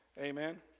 Amen